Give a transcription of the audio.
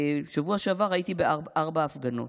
בשבוע שעבר הייתי בארבע הפגנות: